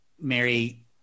Mary